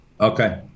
Okay